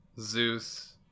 Zeus